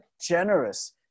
Generous